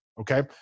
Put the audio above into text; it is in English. okay